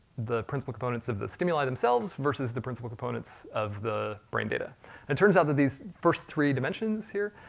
the principal components of the stimuli themselves, versus the principal components of the brain data. and it turns out that these first three dimensions here,